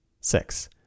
Six